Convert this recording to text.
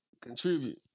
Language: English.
contribute